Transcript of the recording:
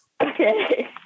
Okay